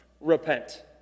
repent